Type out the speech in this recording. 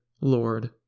Lord